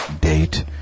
date